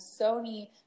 Sony